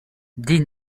din